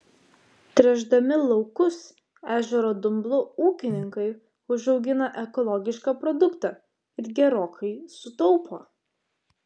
tręšdami laukus ežero dumblu ūkininkai užaugina ekologišką produktą ir gerokai sutaupo